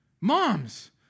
Moms